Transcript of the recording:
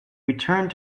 returned